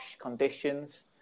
conditions